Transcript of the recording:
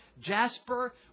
jasper